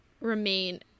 remain